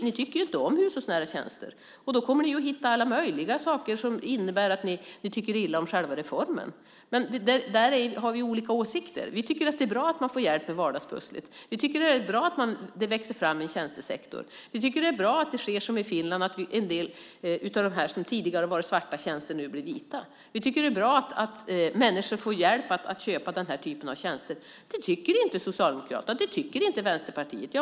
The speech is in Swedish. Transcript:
Ni tycker ju inte om hushållsnära tjänster, och ni kommer att hitta på alla möjliga saker eftersom ni tycker illa om själva reformen. Men där har vi olika åsikter. Vi tycker att det är bra att man får hjälp med vardagspusslet. Vi tycker att det är bra att det växer fram en tjänstesektor. Vi tycker att det är bra att det blir som i Finland, att en del av de tjänster som tidigare har varit svarta nu blir vita. Vi tycker att det är bra att människor får hjälp att köpa den här typen av tjänster. Det tycker inte Socialdemokraterna. Det tycker inte Vänsterpartiet.